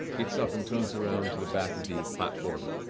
gets up and turns around to the back of the platform.